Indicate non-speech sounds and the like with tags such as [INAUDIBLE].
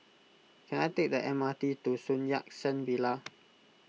can I take the M R T to Sun Yat Sen Villa [NOISE]